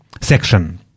section